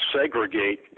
segregate